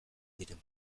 diren